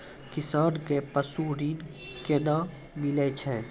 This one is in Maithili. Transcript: किसान कऽ पसु ऋण कोना मिलै छै?